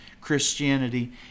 Christianity